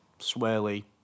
swirly